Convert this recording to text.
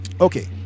okay